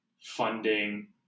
funding